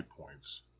points